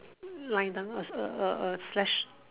line down a a a flash